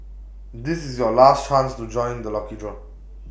this is your last chance to join the lucky draw